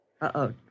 Uh-oh